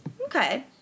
Okay